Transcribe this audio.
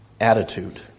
attitude